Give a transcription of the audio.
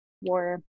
War